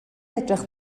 edrych